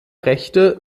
rechte